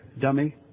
dummy